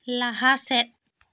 ᱞᱟᱦᱟ ᱥᱮᱫ